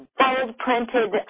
bold-printed